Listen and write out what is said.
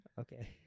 Okay